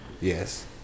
Yes